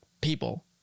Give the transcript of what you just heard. people